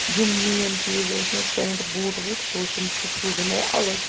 یِم مین چیٖز ٲسۍ مےٚ پٮ۪نٛٹ بوٗٹ ووٗٹ سُہ اوس یِم سُہ سوٗز یِمو الگ